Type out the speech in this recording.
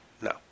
no